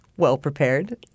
well-prepared